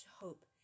hope